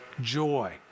Joy